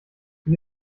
sie